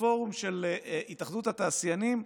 בפורום של התאחדות התעשיינים: